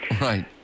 Right